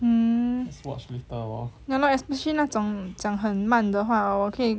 mm ya lor especially 那种讲很慢的话我可以